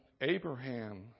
Abraham